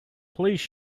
please